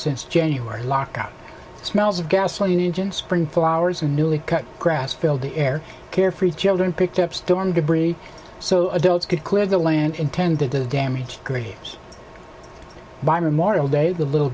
since january lock up smells of gasoline engine spring flowers and newly cut grass filled the air care free children picked up storm debris so adults could clear the land intended to damage graves by memorial day the little